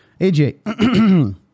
AJ